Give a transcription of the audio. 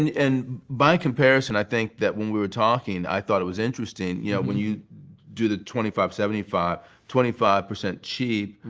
and and by comparison, i think that when we were talking, i thought it was interesting. yeah when you do the twenty five, seventy five twenty five percent cheap,